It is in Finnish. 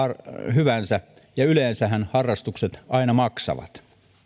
hyvänsä ja yleensähän harrastukset aina maksavat